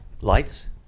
Lights